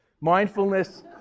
Mindfulness